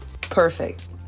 perfect